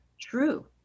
true